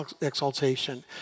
exaltation